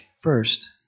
first